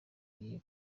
iyo